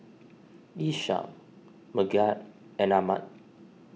Ishak Megat and Ahmad